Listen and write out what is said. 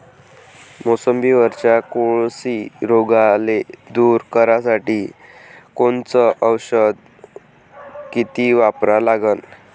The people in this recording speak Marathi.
मोसंबीवरच्या कोळशी रोगाले दूर करासाठी कोनचं औषध किती वापरा लागन?